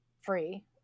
free